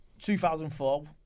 2004